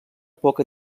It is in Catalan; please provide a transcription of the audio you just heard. poca